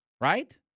right